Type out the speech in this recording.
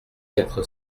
quatre